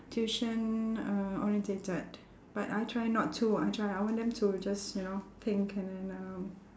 tuition uh orientated but I try not to I try I want them to just you know think and then um